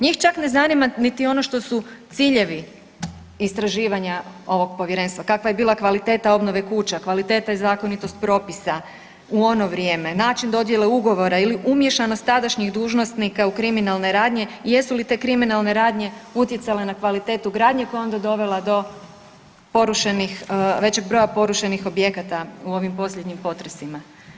Njih čak ne zanima niti ono što su ciljevi istraživanja ovog povjerenstva kakva je bila kvaliteta obnove kuća, kvaliteta i zakonitost propisa u ono vrijeme, način dodjele ugovora ili umiješanost tadašnjih dužnosnika u kriminalne radnje i jesu li te kriminalne radnje utjecale na kvalitetu gradnje koja je onda dovela do porušenih, većeg broja porušenih objekata u ovim posljednjim potresima.